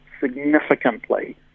significantly